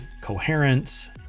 Coherence